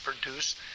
produce